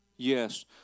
Yes